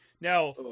now